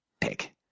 pick